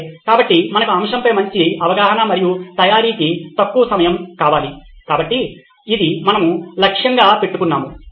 సరే కాబట్టి మనకు అంశంపై మంచి అవగాహన మరియు తయారీకి తక్కువ సమయం కావాలి కాబట్టి ఇది మనము లక్ష్యంగా పెట్టుకున్నాము